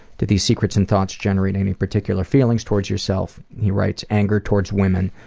do these secrets and thoughts generate any particular feelings towards yourself? he writes, anger towards women,